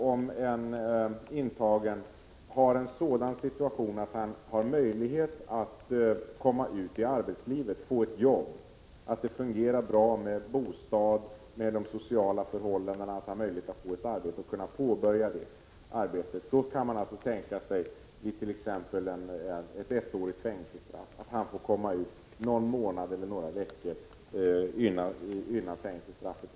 Om en intagen har en sådan situation att han har möjlighet att komma ut i arbetslivet, att det fungerar bra med bostad och med de sociala förhållanden, att han har möjlighet att få ett arbete och kunna börja det, kan man tänka sig vid exempelvis ett ettårigt fängelsestraff att han får komma ut någon månad eller några veckor innan straffet helt går ut.